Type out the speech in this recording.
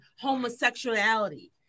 homosexuality